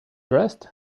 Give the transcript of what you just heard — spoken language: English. rest